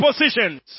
positions